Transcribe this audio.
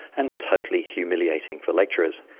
and totally humiliating for lecturers.